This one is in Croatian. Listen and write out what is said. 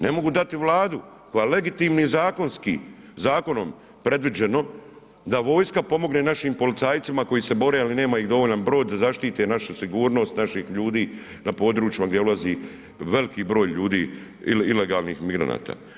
Ne mogu dati Vladi koja legitimni i zakonski, zakonom, previđeno da vojska pomogne našim policajcima koji se bore ali nema ih dovoljan broj da zaštite našu sigurnost naših ljudi na područjima gdje ulazi veliki broj ljudi ilegalnih migranata.